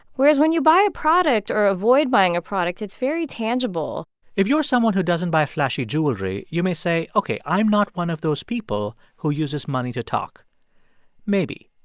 whereas when you buy a product or avoid buying a product it's very tangible if you are someone who doesn't buy flashy jewelry, you may say, ok, i'm not one of those people who uses money to talk maybe.